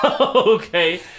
Okay